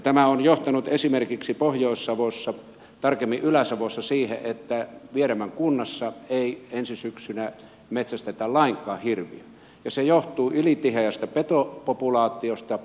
tämä on johtanut esimerkiksi pohjois savossa tarkemmin ylä savossa siihen että vieremän kunnassa ei ensi syksynä metsästetä lainkaan hirviä ja se johtuu ylitiheästä petopopulaatiosta